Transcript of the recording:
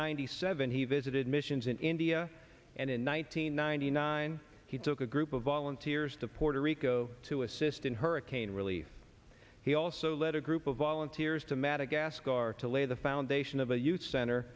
ninety seven he visited missions in india and in one thousand nine hundred nine he took a group of volunteers to puerto rico to assist in hurricane relief he also led a group of volunteers to madagascar to lay the foundation of a youth center